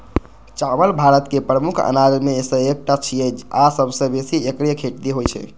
चावल भारत के प्रमुख अनाज मे सं एकटा छियै आ सबसं बेसी एकरे खेती होइ छै